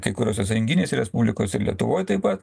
kai kuriose sąjunginėse respublikose ir lietuvoj taip pat